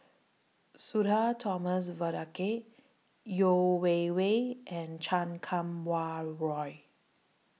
Sudhir Thomas Vadaketh Yeo Wei Wei and Chan Kum Wah Roy